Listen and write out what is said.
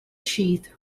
sheath